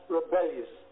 rebellious